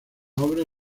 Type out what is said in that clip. obra